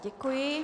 Děkuji.